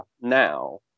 now